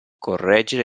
correggere